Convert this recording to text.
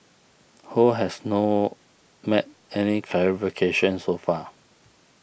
Ho has no made any clarifications so far